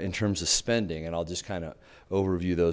in terms of spending and i'll just kind of overview those